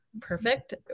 perfect